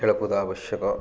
ଖଳକୁଦ ଆବଶ୍ୟକ